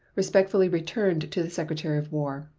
respectfully returned to the secretary of war.